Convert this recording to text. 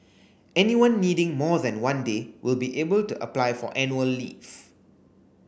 anyone needing more than one day will be able to apply for annual leave